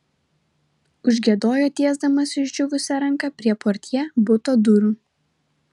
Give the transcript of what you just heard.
užgiedojo tiesdamas išdžiūvusią ranką prie portjė buto durų